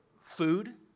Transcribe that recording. food